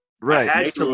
right